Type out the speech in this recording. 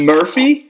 Murphy